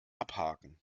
abhaken